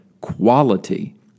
quality